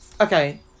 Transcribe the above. okay